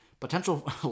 Potential